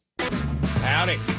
Howdy